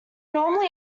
normally